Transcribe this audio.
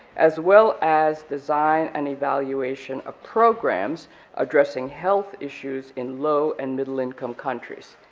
as well as design and evaluation of programs addressing health issues in low and middle income countries.